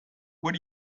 what